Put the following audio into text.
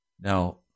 Now